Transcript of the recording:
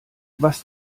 was